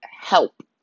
help